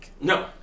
No